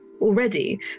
already